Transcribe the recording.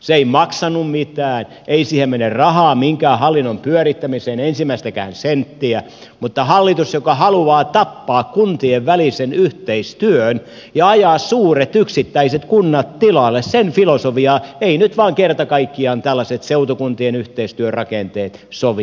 se ei maksanut mitään ei siihen mene rahaa minkään hallinnon pyörittämiseen ensimmäistäkään senttiä mutta hallituksen joka haluaa tappaa kuntien välisen yhteistyön ja ajaa suuret yksittäiset kunnat tilalle filosofiaan eivät nyt vain kerta kaikkiaan tällaiset seutukuntien yhteistyörakenteet sovi